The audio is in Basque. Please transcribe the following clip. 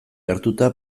hartuta